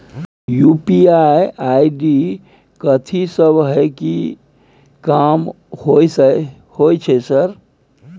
UPI ID कथि सब हय कि काम होय छय सर?